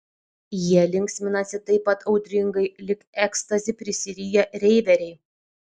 jie linksminasi taip pat audringai lyg ekstazi prisiriję reiveriai